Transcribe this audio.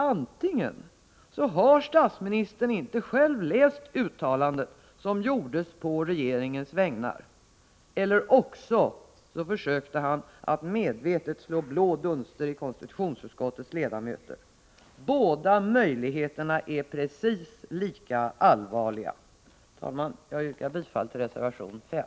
Antingen har statsministern inte själv läst uttalandet som gjordes på regeringens vägnar eller också försökte han medvetet slå blå dunster i ögonen på konstitutionsutskottets ledamöter. Båda möjligheterna är precis lika allvarliga. Fru talman! Jag yrkar bifall till reservation 5.